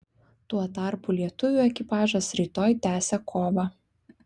tuo tarpu lietuvių ekipažas rytoj tęsia kovą